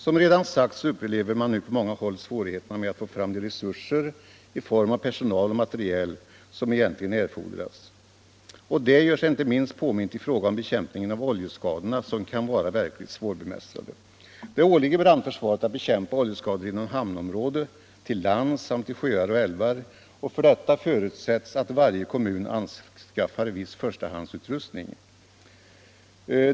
Som redan sagts upplever man nu på många håll svårigheter med att få fram de resurser i form av personal och materiel som egentligen erfordras. Detta gör sig inte minst påmint i fråga om bekämpningen av oljeskadorna som kan vara verkligt svårbemästrade. Det åligger brandförsvaret att bekämpa oljeskador inom hamnområde, till lands samt i sjöar och älvar, och för detta förutsätts att varje kommun anskaffar viss förstahandsutrustning.